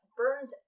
burns